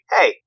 Hey